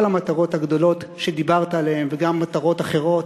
המטרות הגדולות שדיברת עליהן וגם מטרות אחרות,